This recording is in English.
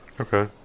Okay